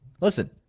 Listen